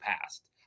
past